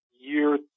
year